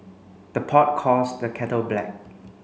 the pot calls the kettle black